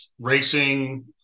racing